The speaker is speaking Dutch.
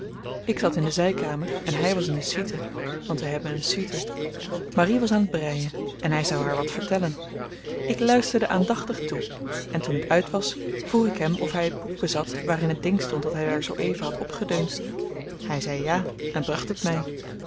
ik zat in de zykamer en hy was in de suite want we hebben een suite marie was aan t breien en hy zou haar wat vertellen ik luisterde aandachtig toe en toen t uit was vroeg ik hem of hy t boek bezat waarin het ding stond dat hy daar zoo-even had opgedeund hy zei ja en bracht het